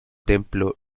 templo